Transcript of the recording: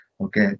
Okay